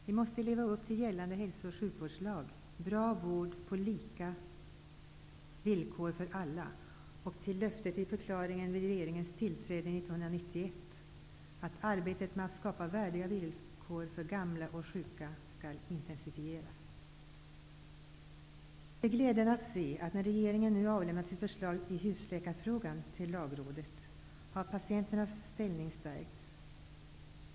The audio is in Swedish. Vi måste leva upp till gällande hälso och sjukvårds lag; bra vård på lika villkor för alla, och till löftet i förklaringen vid regeringens tillträde 1991, att arbetet med att skapa värdiga villkor för gamla och sjuka skall intensifieras. Det är glädjande att se att när regeringen nu har avlämnat sitt förslag i husläkarfrågan till lag rådet, har patienternas ställning stärkts.